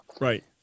Right